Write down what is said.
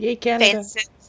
fences